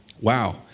wow